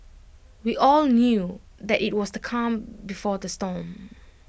we all knew that IT was the calm before the storm